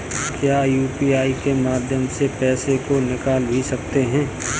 क्या यू.पी.आई के माध्यम से पैसे को निकाल भी सकते हैं?